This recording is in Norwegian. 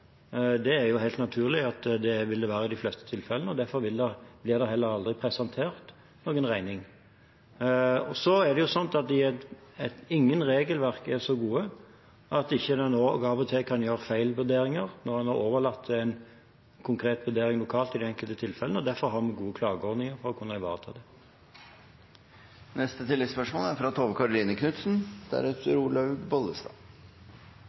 Det er helt naturlig at det vil være slik i de fleste tilfellene, derfor blir det heller aldri presentert noen regning. Så er det slik at ingen regelverk er så gode at det ikke av og til kan gjøres feilvurderinger – når en har overlatt en konkret vurdering lokalt i de enkelte tilfellene. Derfor har vi gode klageordninger for å kunne ivareta det. Tove Karoline Knutsen – til oppfølgingsspørsmål. Jeg vil også peke på den som er